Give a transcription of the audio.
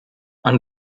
and